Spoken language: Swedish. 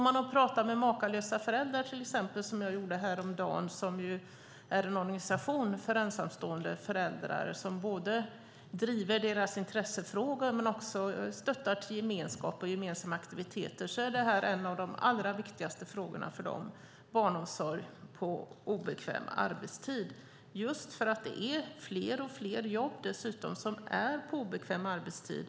Sveriges Makalösa Föräldrar är en organisation för ensamstående föräldrar som både driver deras intressefrågor och stöttar gemenskap och gemensamma aktiviteter. Jag pratade med dem häromdagen. Barnomsorg på obekväm arbetstid är en av de allra viktigaste frågorna för dem. Dessutom är det fler och fler jobb som utförs på obekväm arbetstid.